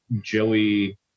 Joey